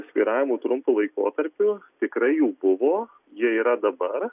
svyravimų trumpu laikotarpiu tikrai jų buvo jie yra dabar